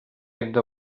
havíem